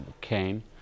came